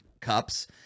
cups